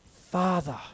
Father